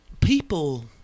people –